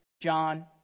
John